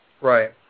Right